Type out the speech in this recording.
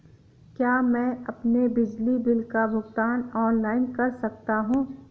क्या मैं अपने बिजली बिल का भुगतान ऑनलाइन कर सकता हूँ?